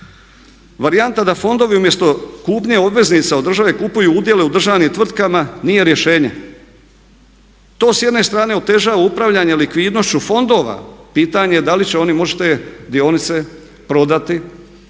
Varijanta da fondovi umjesto kupnje obveznica od države kupuju udjele u državnim tvrtkama nije rješenje. To s jedne strane otežava upravljanje likvidnošću fondova, pitanje da li će oni moći te dionice prodati